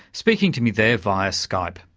speaking to me there via skype.